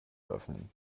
öffnen